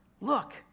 Look